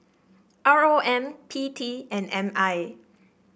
R O M P T and M I